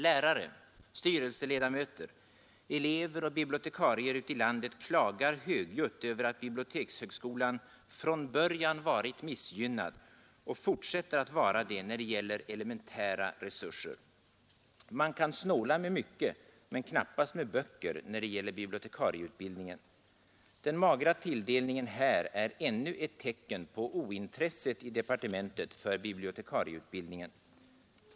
Lärare, styrelseledamöter, elever och bibliotekarier ute i landet klagar högljutt över att bibliotekshögskolan från början varit missgynnad och fortsätter att vara det när det gäller elementära resurser. Man kan snåla med mycket men knappast med böcker när det gäller bibliotekarieutbildningen! Den magra tilldelningen här är ännu ett tecken på ointresset i departementet för bibliotekarieutbildningen.